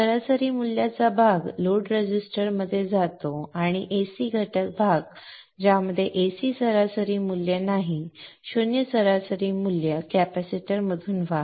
सरासरी मूल्याचा भाग लोड रेझिस्टर मध्ये जातो आणि AC घटक भाग ज्यामध्ये AC सरासरी मूल्य नाही शून्य सरासरी मूल्य कॅपेसिटरमधून वाहते